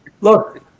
Look